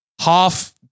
half